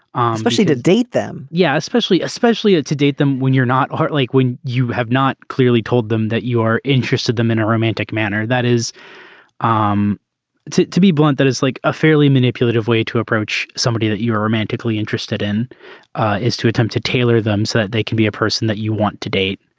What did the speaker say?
ah especially to date them. yeah especially especially to date them when you're not like when you have not clearly told them that you are interested them in a romantic manner that is um to to be blunt. that is like a fairly manipulative way to approach somebody that you are romantically interested in is to attempt to tailor them so that they can be a person that you want to date